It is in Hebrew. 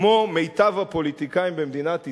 כמו מיטב הפוליטיקאים במדינת ישראל,